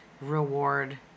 reward